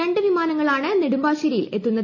രണ്ട് വിമാനങ്ങളാണ് നെടുമ്പാശ്ശേരിയിൽ എത്തുന്നത്